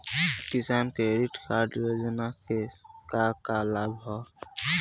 किसान credit card योजना के का का लाभ ह?